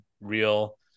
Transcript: real